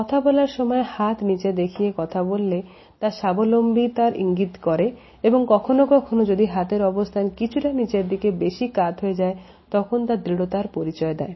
কথা বলার সময় হাত নীচে দেখিয়ে কথা বললে তা স্বাবলম্বী তার ইঙ্গিত করে এবং কখনো কখনো যদি হাতের অবস্থান কিছুটা নিচের দিকে বেশি কাত হয়ে যায় তখন তা দৃঢ়তার পরিচয় দেয়